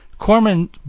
Corman